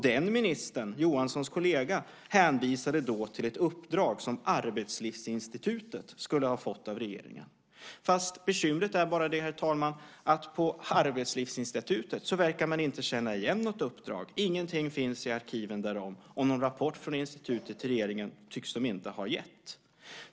Den ministern, Johanssons kollega, hänvisade då till ett uppdrag som Arbetslivsinstitutet skulle ha fått av regeringen. Bekymret är bara, herr talman, att på Arbetslivsinstitutet verkar man inte känna till något uppdrag. Ingenting finns i arkiven därom, och någon rapport från institutet till regeringen tycks inte ha kommit.